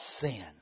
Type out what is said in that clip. sin